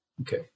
Okay